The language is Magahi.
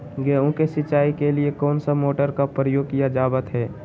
गेहूं के सिंचाई के लिए कौन सा मोटर का प्रयोग किया जावत है?